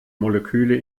moleküle